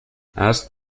asked